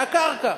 מהקרקע.